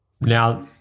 now –